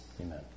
Amen